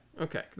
okay